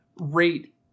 rate